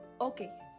Okay